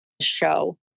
Show